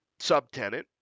subtenant